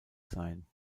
sein